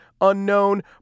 unknown